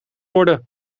worden